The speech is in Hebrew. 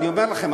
אני אומר לכם,